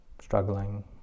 struggling